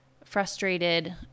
frustrated